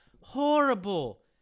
Horrible